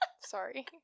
Sorry